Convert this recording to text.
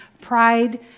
pride